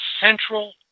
central